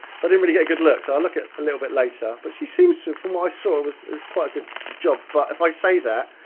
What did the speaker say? i didn't really get good look so i'll look at a little bit later, but she seems to, from what i saw, was quite good job but if i say that,